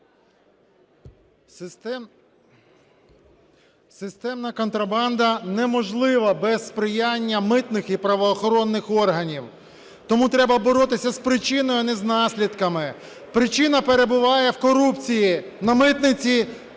Системна контрабанда неможлива без сприяння митних і правоохоронних органів. Тому треба боротися з причиною, а не з наслідками. Причина перебуває в корупції на митниці,